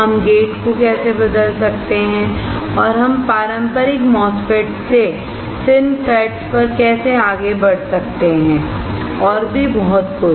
हम गेट को कैसे बदल सकते हैं और हम पारंपरिक MOSFET से FINFETS पर कैसे आगे बढ़ सकते हैं और भी बहुत कुछ